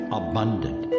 abundant